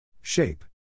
Shape